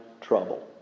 trouble